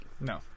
No